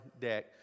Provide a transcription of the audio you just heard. deck